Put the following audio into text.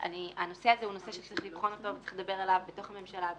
הנושא הזה הוא נושא שצריך לבחון אותו וצריך לדבר עליו בתוך הממשלה.